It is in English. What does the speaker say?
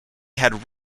had